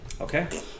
Okay